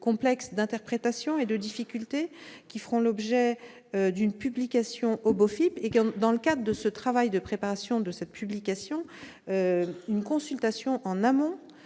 une interprétation, qui feront l'objet d'une publication au BOFiP. Dans le cadre de ce travail de préparation de cette publication, une consultation en amont